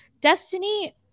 destiny